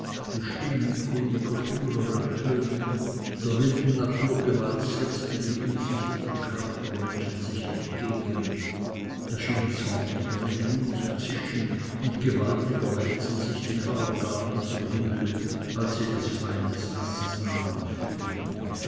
die stimmen kundiger führer ertönten der wilden naturgewalt setzte die umsichtige kraft der menschen sich entgegen da schien zorniger die glut zu zischen und gewaltiger wälzten sich die feuergarben zum himmel als sie des feindes nasses nahen fühlten